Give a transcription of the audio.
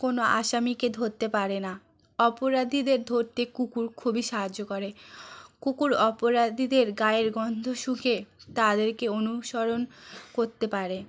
কোনো আসামিকে ধরতে পারে না অপরাধীদের ধরতে কুকুর খুবই সাহায্য করে কুকুর অপরাধীদের গায়ের গন্ধ শুঁকে তাদেরকে অনুসরণ করতে পারে